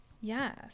Yes